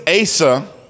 Asa